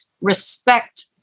respect